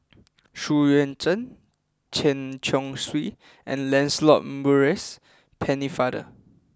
Xu Yuan Zhen Chen Chong Swee and Lancelot Maurice Pennefather